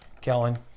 Kellen